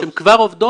אני ברמה האישית